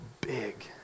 big